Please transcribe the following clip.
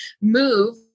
move